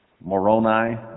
Moroni